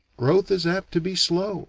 growth is apt to be slow